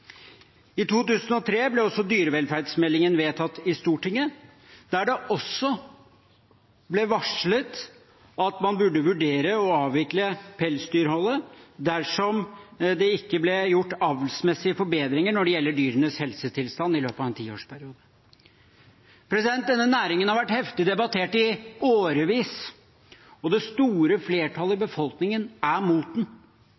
I 2003 ble også dyrevelferdsmeldingen, St.meld. nr. 12 for 2002–2003, vedtatt i Stortinget, der det ble varslet at man burde vurdere å avvikle pelsdyrholdet dersom det ikke ble gjort avlsmessige forbedringer når det gjelder dyrenes helsetilstand i løpet av en tiårsperiode. Denne næringen har vært heftig debattert i årevis, og det store flertallet i befolkningen er mot den.